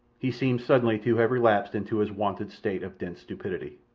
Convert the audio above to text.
he seemed suddenly to have relapsed into his wonted state of dense stupidity.